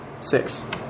Six